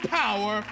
power